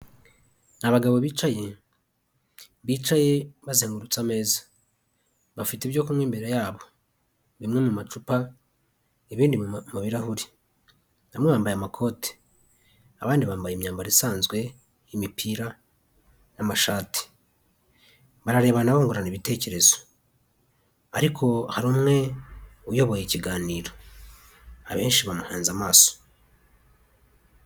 Abagabo bicaye, bicaye bazengurutsa ameza, bafite ibyo kunywa imbere yabo bimwe mu macupa ibindi mu birahuri. Bamwe bambaye amakoti, abandi bambaye imyambaro isanzwe imipira n'amashati bararebana bungurana ibitekerezo ariko hari umwe uyoboye ikiganiro abenshi bamuhanze amaso.